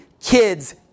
kids